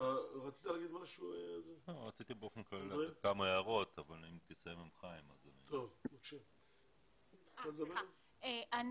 חשוב לי